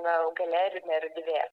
na jau galerinė erdvė